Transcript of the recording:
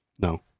No